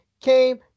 came